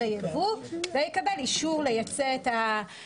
היבוא ויקבל אישור לייצא את המוצרים בהתאם להוראות.